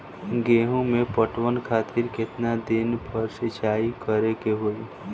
गेहूं में पटवन खातिर केतना दिन पर सिंचाई करें के होई?